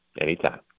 Anytime